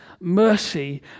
Mercy